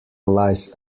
lies